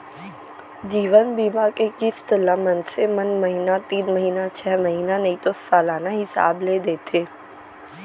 जीवन बीमा के किस्त ल मनसे मन महिना तीन महिना छै महिना नइ तो सलाना हिसाब ले देथे